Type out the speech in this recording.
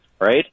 right